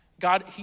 God